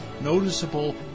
noticeable